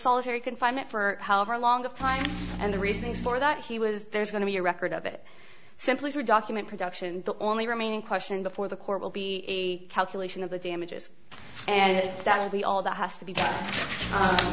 solitary confinement for however long a time and the reasons for that he was there's going to be a record of it simply for document production the only remaining question before the court will be a calculation of the damages and that will be all that has to be